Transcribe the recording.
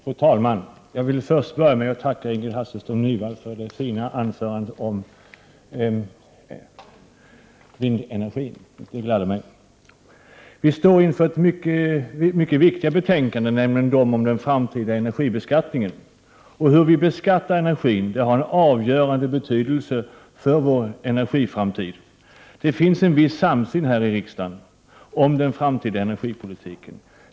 Fru talman! Jag vill först tacka Ingrid Hasselström Nyvall för det fina anförandet om vindenergin. Vi debatterar nu mycket viktiga betänkanden om den framtida energibeskattningen. Hur vi beskattar energin har en avgörande betydelse för vår energiframtid. Det finns en viss samsyn i riksdagen om den framtida energipolitiken.